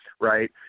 right